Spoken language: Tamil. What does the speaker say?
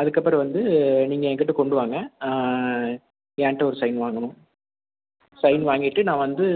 அதுக்கப்புறோம் வந்து நீங்கள் என்கிட்ட கொண்டு வாங்க என்கிட்ட ஒரு சைன் வாங்கணும் சைன் வாங்கிட்டு நான் வந்து